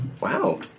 Wow